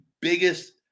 biggest